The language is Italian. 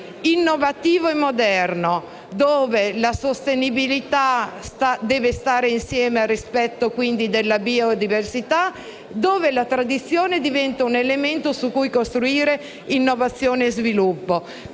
innovativo e moderno, dove la sostenibilità deve stare insieme al rispetto della biodiversità e dove la tradizione diventa un elemento su cui costruire innovazione e sviluppo.